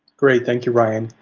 great, thank you, ryan.